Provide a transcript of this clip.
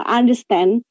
understand